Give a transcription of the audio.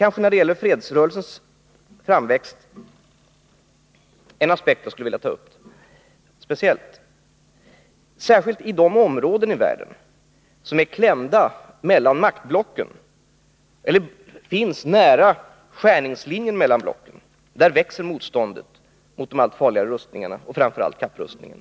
När det gäller fredsrörelsens framväxt är det en aspekt jag skulle vilja ta upp speciellt. Särskilt i de områden i världen som är klämda mellan maktblocken eller finns nära skärningslinjen mellan blocken växer motståndet mot de allt farligare rustningarna, framför allt kärnvapenrustningen.